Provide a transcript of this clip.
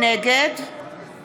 נגד